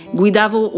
guidavo